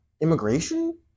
immigration